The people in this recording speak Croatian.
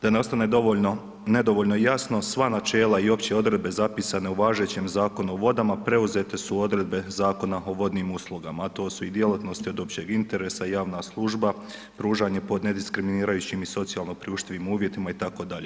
Da ne ostane dovoljno nedovoljno jasno sva načela i opće odredbe zapisane u važećem Zakonu o vodama preuzete su odredbe Zakona o vodnim uslugama, a to su i djelatnost od općeg interesa, javna služba, pružanje po nediskriminirajućim i socijalno priuštivim uvjetima itd.